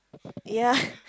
ya